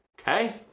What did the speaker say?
okay